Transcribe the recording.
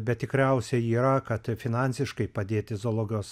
bet tikriausiai yra kad finansiškai padėti zoologijos